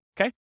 Okay